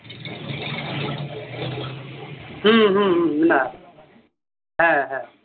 ᱢᱮᱱᱟᱜᱼᱟ ᱦᱮᱸ ᱦᱮᱸ